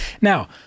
Now